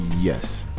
yes